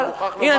אבל הנה,